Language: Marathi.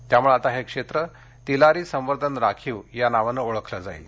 त्यामुळे आता हे क्षेत्र तिलारी संवर्धन राखीव या नावाने ओळखल जाईल